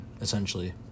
essentially